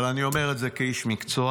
אבל אני אומר את זה כאיש מקצוע,